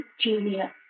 junior